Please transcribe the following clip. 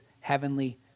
heavenly